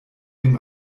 dem